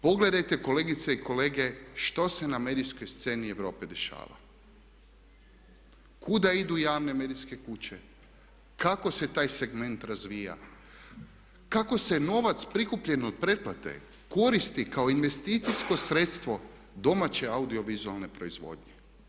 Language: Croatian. Pogledajte kolegice i kolege što se na medijskoj sceni Europe dešava, kuda idu javne medijske kuće, kako se taj segment razvija, kako se novac prikupljen od pretplate koristi kao investicijsko sredstvo domaće audiovizualne proizvodnje.